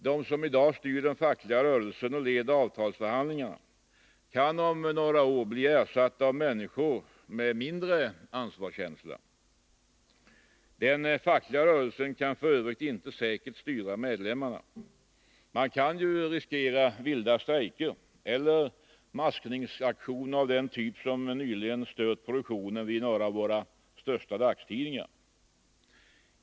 De som i dag styr den fackliga rörelsen och leder avtalsförhandlingarna kan om några år bli ersatta av människor med mindre ansvarskänsla. Den fackliga rörelsen kan dessutom inte säkert styra medlemmarna. Man kan riskera vilda strejker eller maskningsaktioner av den typ som nyligen stört produktionen vid några av våra största dagstidningar.